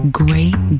great